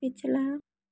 पिछला